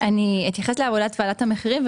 אני אתייחס לעבודת ועדת המחירים.